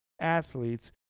athletes